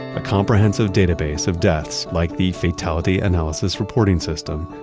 a comprehensive database of deaths like the fatality analysis reporting system,